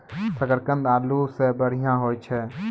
शकरकंद आलू सें बढ़िया होय छै